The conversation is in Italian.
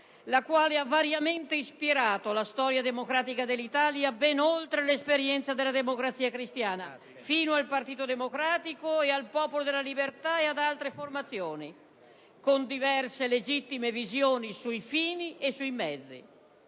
la quale ha variamente ispirato la storia democratica dell'Italia ben oltre l'esperienza della Democrazia cristiana, fino al Partito Democratico e al Popolo della Libertà e ad altre formazioni, con diverse legittime visioni sui fini e sui mezzi.